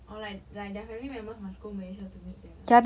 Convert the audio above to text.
or like like their family members must go malaysia to meet them ah